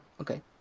Okay